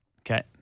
Okay